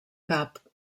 cap